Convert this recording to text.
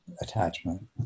attachment